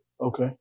Okay